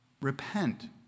Repent